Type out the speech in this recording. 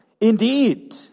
indeed